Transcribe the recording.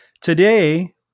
Today